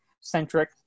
centric